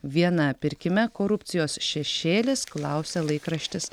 viena pirkime korupcijos šešėlis klausia laikraštis